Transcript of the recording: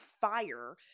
fire